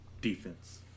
defense